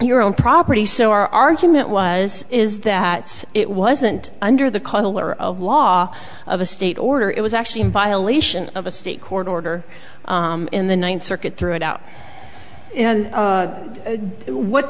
your own property so our argument was is that it wasn't under the color of law of a state order it was actually in violation of a state court order in the ninth circuit threw it out